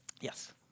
Yes